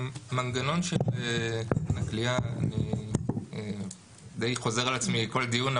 המנגנון של תקן הכליאה אני די חוזר על עצמי כל דיון,